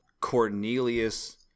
Cornelius